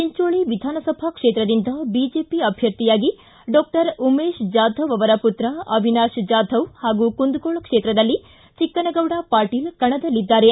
ಚಿಂಚೋಳಿ ವಿಧಾನಸಭಾ ಕ್ಷೇತ್ರದಿಂದ ಬಿಜೆಪಿ ಅಭ್ಯರ್ಥಿಯಾಗಿ ಡಾಕ್ಟರ್ ಉಮೇಶ್ ಜಾಧವ್ ಅವರ ಪುತ್ರ ಅವಿನಾಶ್ ಜಾಧವ್ ಹಾಗೂ ಕುಂದಗೋಳ ಕ್ಷೇತ್ರದಲ್ಲಿ ಚಿಕ್ಕನಗೌದ ಪಾಟೀಲ್ ಕಣದಲ್ಲಿದ್ದಾರೆ